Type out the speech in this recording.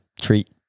treat